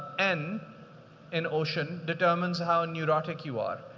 n in ocean determines how neurotic you are.